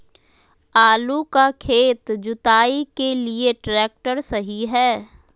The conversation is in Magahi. आलू का खेत जुताई के लिए ट्रैक्टर सही है?